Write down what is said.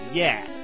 yes